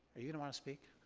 yeah don't wanna speak?